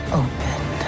open